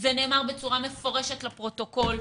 זה נאמר בצורה מפורשת לפרוטוקול.